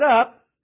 up